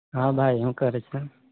હા ભાઈ શું કરે છે